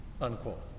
Unquote